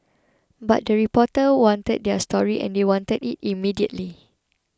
but the reporters wanted their story and they wanted it immediately